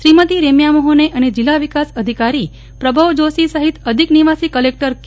શ્રીમતી રેમ્યા મોફને અને જિલ્લા વિકાસ અધિકારી પ્રભવ જોષી સફિત અધિક નિવાસી કલેકટર કે